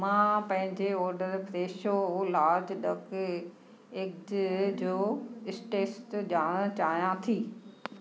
मां पंहिंजे order Fresho large duck eggs जो स्टेटस ॼाणण चाहियां थी